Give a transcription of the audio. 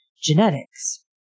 genetics